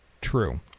True